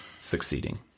succeeding